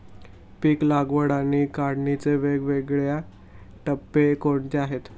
पीक लागवड आणि काढणीचे वेगवेगळे टप्पे कोणते आहेत?